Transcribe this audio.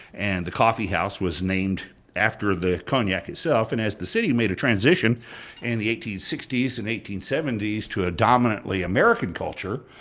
and the coffee house was named after the cognac itself. and as the city made a transition in the eighteen sixty s and eighteen seventy s to a dominantly american culture,